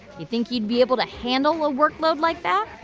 you think you'd be able to handle a workload like that?